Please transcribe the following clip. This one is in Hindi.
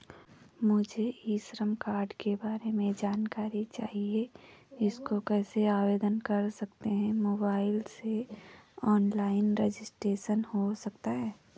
मुझे ई श्रम कार्ड के बारे में जानकारी चाहिए इसको कैसे आवेदन कर सकते हैं मोबाइल से ऑनलाइन रजिस्ट्रेशन हो सकता है?